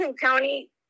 county